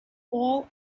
all